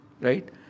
Right